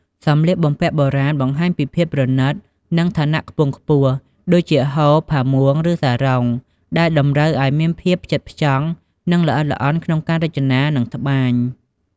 សម្លៀកបំពាក់បុរាណ បង្ហាញពីភាពប្រណិត និងឋានៈខ្ពង់ខ្ពស់ ដូចជា ហូល ផាមួង ឬសារុង ដែលតម្រូវឲ្យមានភាពផ្ចិតផ្ចង់ និងល្អិតល្អន់ក្នុងការរចនា និងត្បាញ។